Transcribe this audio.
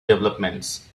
developments